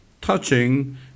Touching